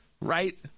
right